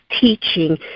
teaching